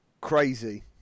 Crazy